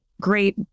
great